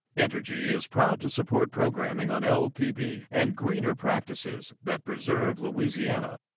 entergy is proud to support programming on lpb and greener practices that preserve louisiana.